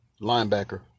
Linebacker